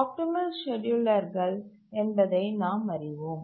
optimal ஸ்கேட்யூலர்கள் என்பதை நாம் அறிவோம்